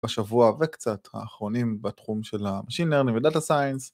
‫בשבוע וקצת האחרונים ‫בתחום של המשין לנרנינג ודאטה סיינס.